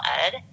ed